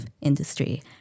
industry